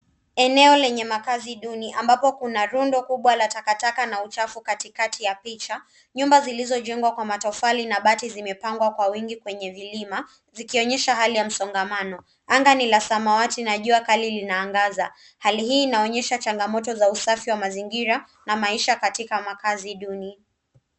Eneo la makazi duni linaonekana, ambapo kuna rundo kubwa la takataka na uchafu katikati ya taswira. Nyumba zilizojengwa kwa matofali na mabati zimepangwa kwa wingi kwenye vilima, zikionyesha hali ya msongamano mkubwa. Anga ni la samawati na jua kali linaangaza juu. Mandhari hii inaashiria changamoto za usafi wa mazingira na hali ya maisha katika makazi duni.